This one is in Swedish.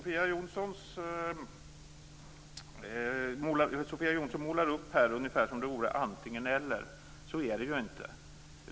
Fru talman! Sofia Jonsson målar upp det här som om det vore antingen-eller. Så är det inte.